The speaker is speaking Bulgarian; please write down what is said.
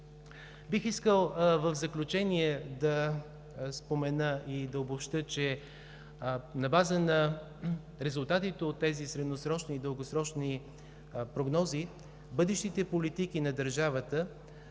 бих искал да спомена и да обобщя, че на база на резултатите от тези средносрочни и дългосрочни прогнози бъдещите политики на държавата